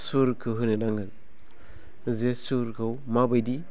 सुरखौ होनो नांगोन जे सुरखौ माबायदि